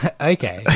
okay